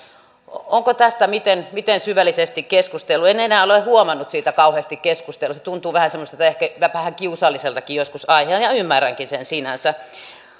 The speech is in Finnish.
onko tästä miten miten syvällisesti keskusteltu en enää ole huomannut siitä kauheasti keskustelua se tuntuu semmoiselta ehkä vähän kiusalliseltakin joskus aiheena ja ymmärränkin sen sinänsä